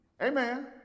Amen